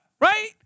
Right